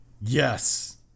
yes